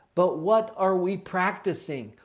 but what are we practicing?